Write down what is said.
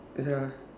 ya